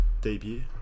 debut